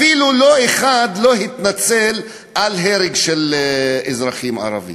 אפילו אחד לא התנצל על הרג של אזרחים ערבים.